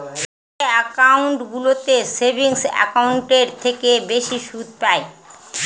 যে একাউন্টগুলোতে সেভিংস একাউন্টের থেকে বেশি সুদ পাই